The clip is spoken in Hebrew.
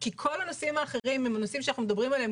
כי כל הנושאים האחרים הם הנושאים שאנחנו מדברים עליהם